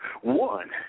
One